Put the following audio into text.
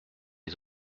les